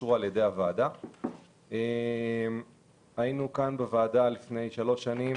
ואושרו על ידי הוועדה היינו בוועדה לפני שלוש שנים,